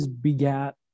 begat